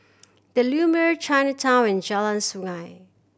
The Lumiere Chinatown and Jalan Sungei